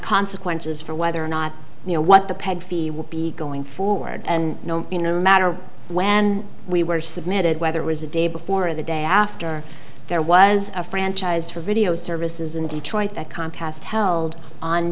consequences for whether or not you know what the peg fee will be going forward and no matter when we were submitted whether was the day before the day after there was a franchise for video services in detroit that comcast held on